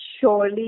surely